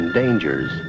dangers